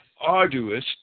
arduous